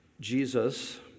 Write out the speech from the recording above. Jesus